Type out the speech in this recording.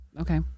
Okay